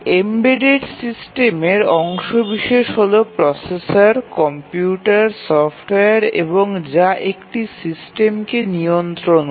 embedded সিস্টেমের অংশবিশেষ হলো প্রসেসর কম্পিউটার সফটওয়্যার এবং যা একটি সিস্টেমকে নিয়ন্ত্রণ করে